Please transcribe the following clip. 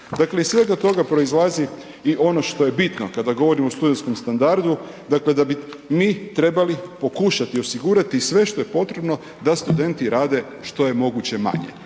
dakle iz svega toga proizlazi i ono što je bitno kada govorimo o studentskom standardu, dakle da bi mi trebali pokušati osigurati sve što je potrebno da studenti rade što je moguće manje